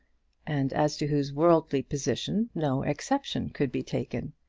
and as to whose worldly position no exception could be taken.